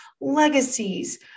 legacies